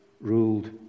ruled